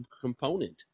component